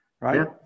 right